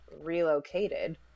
relocated